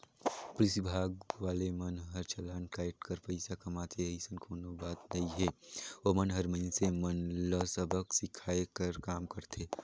police विभाग वाले मन हर चलान कायट कर पइसा कमाथे अइसन कोनो बात नइ हे ओमन हर मइनसे मन ल सबक सीखये कर काम करथे